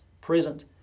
present